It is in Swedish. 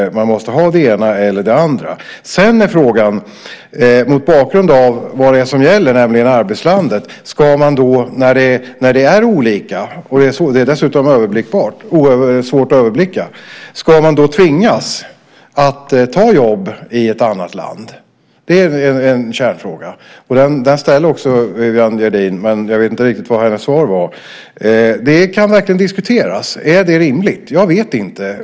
Man måste ha antingen det ena eller det andra. Mot bakgrund av vad som gäller i arbetslandet är frågan om man, när det skiljer sig och det hela dessutom är svårt att överblicka, ska tvingas ta jobb i ett annat land. Det är en kärnfråga. Också Viviann Gerdin ställer den, men jag vet inte riktigt vad hennes svar är. Det kan verkligen diskuteras om det är rimligt. Jag vet inte.